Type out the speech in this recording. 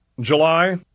July